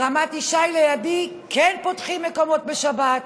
ברמת ישי, לידי, כן פותחים מקומות בשבת,